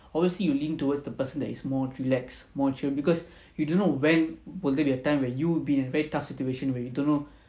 obviously you link towards the person that is more relax more chill because you don't know when will it be a time where you will be in a very tough situation where you don't know